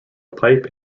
pipe